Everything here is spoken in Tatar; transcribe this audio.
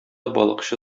балыкчы